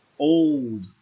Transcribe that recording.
Old